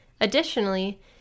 Additionally